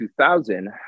2000